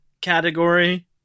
category